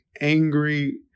angry